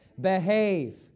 Behave